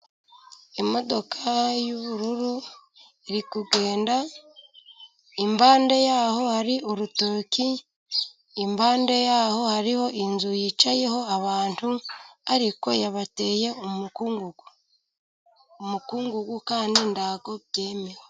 Imodoka y'ubururu iriku kugenda, impande yaho hari urutoki, impande yaho hariho inzu yicayeho abantu, ariko yabateye umukungugu, umukungugu kandi ntabwo byemewe.